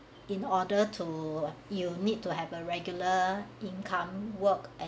in order to you need to have a regular income work at